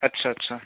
अच्छा अच्छा